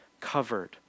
covered